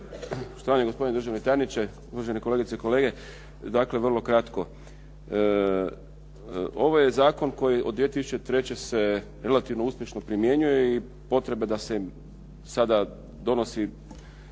uvažene kolegice i kolege. Dakle vrlo kratko, ovo je zakon koji od 2003. se relativno uspješno primjenjuje i potrebe da se sada donosi,